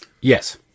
Yes